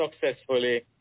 successfully